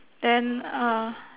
then uh